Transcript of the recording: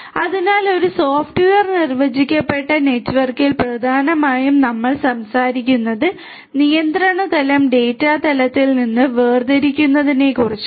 അതിനാൽ ഒരു സോഫ്റ്റ്വെയർ നിർവചിക്കപ്പെട്ട നെറ്റ്വർക്കിൽ പ്രധാനമായും നമ്മൾ സംസാരിക്കുന്നത് നിയന്ത്രണ തലം ഡാറ്റാ തലത്തിൽ നിന്ന് വേർതിരിക്കുന്നതിനെക്കുറിച്ചാണ്